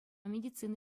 медицина